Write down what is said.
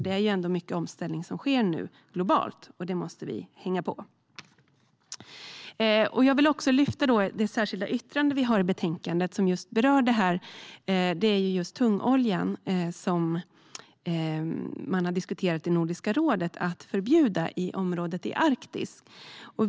Det är mycket omställning som sker nu globalt, och vi måste hänga på. Jag vill också lyfta fram det särskilda yttrande vi har i betänkandet. Där berör vi tungoljan, som man har diskuterat i Nordiska rådet att förbjuda i Arktis.